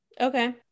Okay